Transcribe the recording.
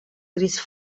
gris